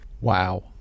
Wow